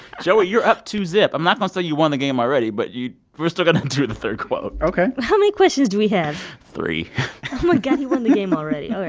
joey you're up two zip. i'm not gonna say you won the game already, but you we're still going to do the third quote ok how many questions do we have? three oh, my god. he won the game already. all right.